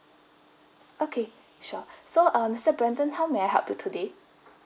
okay sure so uh mister brandon how may I help you today